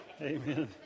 Amen